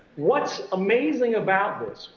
what's amazing about this,